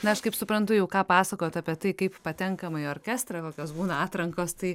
na aš kaip suprantu jau ką pasakojot apie tai kaip patenkama į orkestrą kokios būna atrankos tai